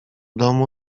domu